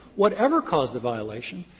whatever caused the violation,